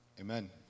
amen